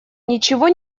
ничего